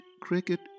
cricket